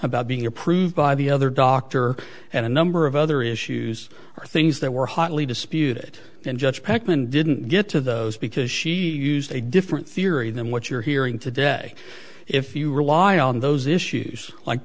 about being approved by the other doctor and a number of other issues are things that were hotly disputed and judge packman didn't get to those because she used a different theory than what you're hearing today if you rely on those issues like